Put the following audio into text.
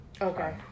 Okay